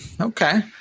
okay